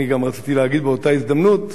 אני גם רציתי להגיד באותה הזדמנות,